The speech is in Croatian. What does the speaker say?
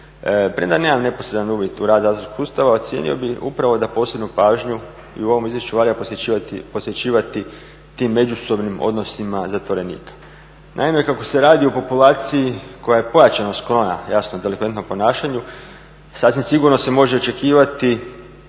Premda nemam neposredan uvid u rad zatvorskih ustanova ocijenio bih upravo da posebnu pažnju i u ovom izvješću valja posvećivati tim međusobnim odnosima zatvorenika. Naime, kako se radi o populaciji koja je pojačano sklona jasno delikventnom ponašanju sasvim sigurno se može očekivati